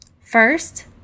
First